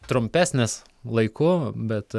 trumpesnės laiku bet